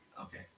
Okay